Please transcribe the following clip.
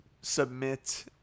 submit